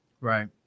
Right